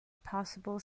possible